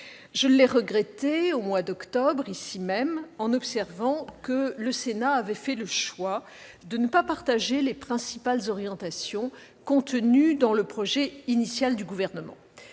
Je l'ai regretté au mois d'octobre, ici même, en observant que le Sénat avait fait le choix de ne pas partager les principales orientations contenues dans le projet initial du Gouvernement.